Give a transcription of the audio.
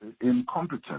incompetent